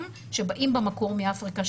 שבאים במקור מאפריקה,